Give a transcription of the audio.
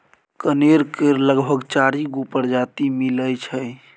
कनेर केर लगभग चारि गो परजाती मिलै छै